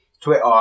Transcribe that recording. Twitter